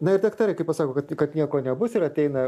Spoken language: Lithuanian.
na ir daktarai kai pasako kad kad nieko nebus ir ateina